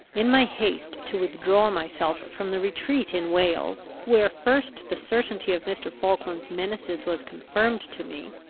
in my haste to withdraw myself from the retreat in wales, where first the certainty of mr. falkland's menaces was confirmed to me,